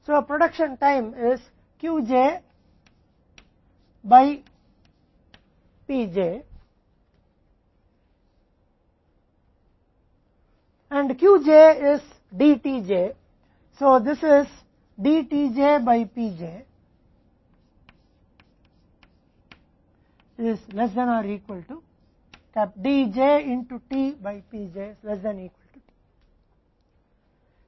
तो P j t 1 इसलिए t 1 बराबर है Qj बाय P j द्वारा Q j इसलिए उत्पादन समय Q j बाय Pj है और Q j DT j है इसलिए यह D tj बाय Pj है कम या बराबर है Dj T बाय Pj कम या उसके बराबर T है